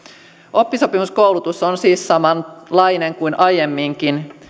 oppisopimuskoulutus on samanlainen kuin aiemminkin